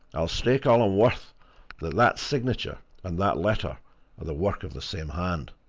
i'll stake all i'm worth that that signature and that letter are the work of the same hand!